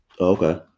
Okay